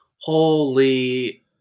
holy